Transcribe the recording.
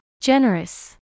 generous